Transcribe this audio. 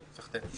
כן.